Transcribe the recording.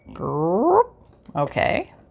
Okay